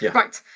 yeah right.